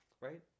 Right